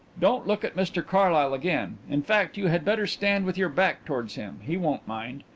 don't look at mr carlyle again in fact, you had better stand with your back towards him, he won't mind.